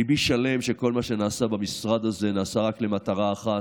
ליבי שלם שכל מה שנעשה במשרד הזה נעשה רק למטרה אחת: